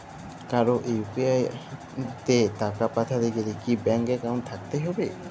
কারো ইউ.পি.আই তে টাকা পাঠাতে গেলে কি ব্যাংক একাউন্ট থাকতেই হবে?